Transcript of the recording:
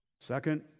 Second